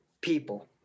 people